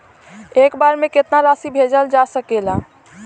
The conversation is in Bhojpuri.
एक बार में केतना राशि भेजल जा सकेला?